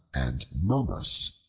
and momus